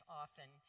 often